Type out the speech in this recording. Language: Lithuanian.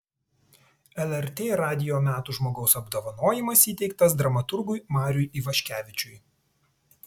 lrt radijo metų žmogaus apdovanojimas įteiktas dramaturgui mariui ivaškevičiui